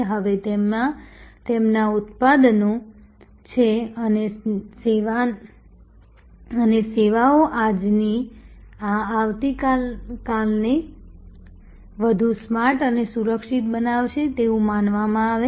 હવે તેમના ઉત્પાદનો છે અને સેવાઓ આજની અને આવતીકાલની કારને વધુ સ્માર્ટ અને સુરક્ષિત બનાવશે તેવું માનવામાં આવે છે